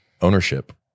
ownership